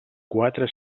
quatre